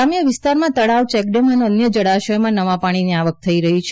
ગ્રામ્ય વિસ્તારોમાં તળાવ ચેકડેમ અને અન્ય જળાશયોમાં નવા પાણીની આવક થઇ રહી છે